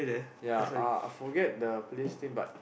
ya uh forget the place name but